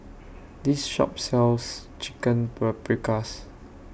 This Shop sells Chicken Paprikas